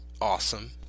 awesome